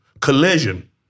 Collision